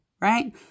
right